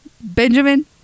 Benjamin